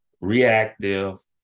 reactive